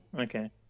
Okay